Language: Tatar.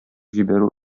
җибәрү